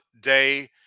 day